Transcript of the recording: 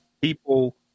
people